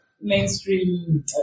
mainstream